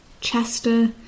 Chester